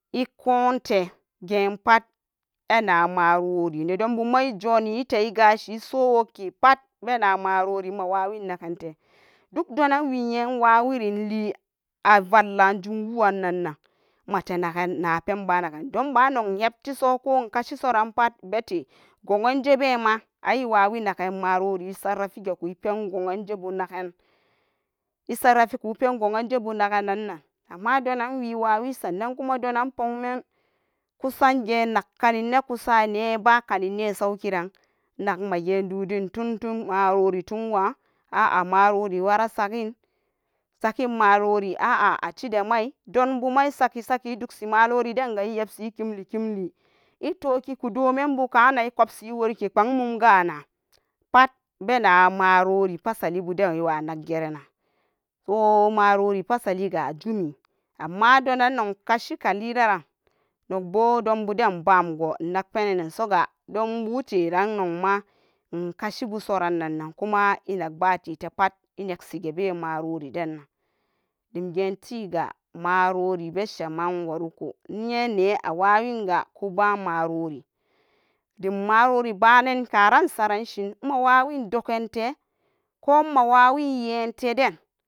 Ikonte gepat anamalory dombu kuma ijunite suwukke pat namalore nmmawayen dokdonan we nmma wawinri inle avai jumworan ga wamata nagan dumba noka hepli so koh nokashi suran pat bete gunje be ma awawinagaen malore ipen gunjebu nagan igarafako amma donanwe wawi sanan kumu kusanne baka nine sauki nak magebudin tom tom malori tom a'a malori wari sakin a'a acidamai dombuma isake sake ikemle kemle domime banmum bena maluri pasa sali buden wa wa komaluri amma donan nok kashiran dombu domteran inkashibu kumo innaka ba tete innan she domgen taga malori be shemen nyen ne awai nga kuban maluri demmaluri banan karan noksan shie mawa win dokan te koma wayin yenta den.